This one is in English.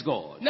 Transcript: God